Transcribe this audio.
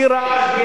בלי רעש,